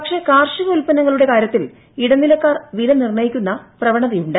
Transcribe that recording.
പക്ഷെ കാർഷിക ഉൽപ്പന്നങ്ങളുടെ കാര്യത്തിൽ ഇടനിലക്കാർ വില നിർണ്ണയിക്കുന്ന പ്രവണതയുണ്ട്